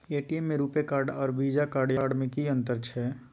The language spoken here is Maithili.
ए.टी.एम में रूपे कार्ड आर वीजा कार्ड या मास्टर कार्ड में कि अतंर छै?